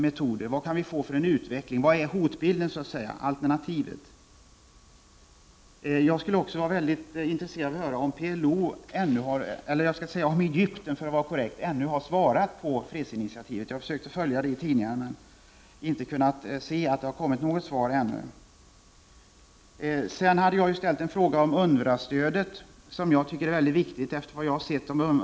Vilken kan utvecklingen bli? Hurdan ser hotbilden ut, alternativet? Jag skulle också vara intresserad av att höra om Egypten ännu har svarat på fredsinitiativet. Jag har försökt att följa detta i tidningarna, men jag har inte kunnat se att det har kommit något svar ännu. Jag har ställt en fråga om UNRWA-stödet, som jag tycker är mycket viktigt.